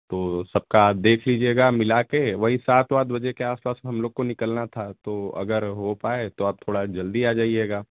तो सबका देख लीजिएगा मिला कर वही सात बजे के आस पास हम लोगों को निकालना था तो अगर हो पाए तो आप थोड़ा जल्दी आ जाईएगा